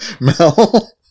Mel